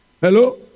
Hello